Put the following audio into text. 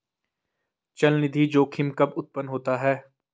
चलनिधि जोखिम कब उत्पन्न होता है?